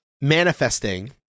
manifesting